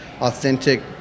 authentic